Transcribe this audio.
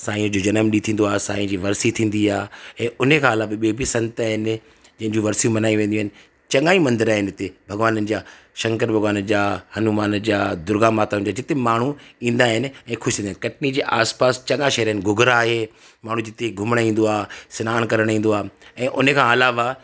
साईंअ जो जनम ॾींहुं थींदो आहे साईं जी वरसी थींदी आहे हे उन खां अलावा बि ॿिए बि संत आहिनि कंहिंजियूं वरसियूं मल्हाई वेंदियूं आहिनि चङा ई मंदिर आहिनि हिते भॻवान जा शंकर भॻवानु जा हनुमान जा दुर्गा माताउनि जा जिते माण्हू ईंदा आहिनि ऐं ख़ुशि थींदा आहिनि कटनी जे आस पास चङा शहर आहिनि घुघरा आहे माण्हू जिते घुमण ईंदो आहे सिनान करण ईंदो आहे ऐं उन खां अलावा